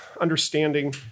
understanding